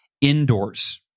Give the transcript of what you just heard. indoors